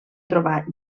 trobar